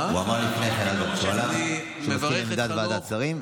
הוא אמר לפני כן שהוא מסכים עם עמדת ועדת שרים.